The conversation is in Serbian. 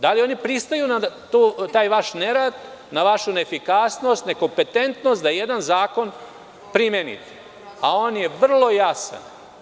Da li oni pristaju na taj vaš nerad, na vašu neefikasnost, nekompetentnost, da jedan zakon primeni, a on je vrlo jasan?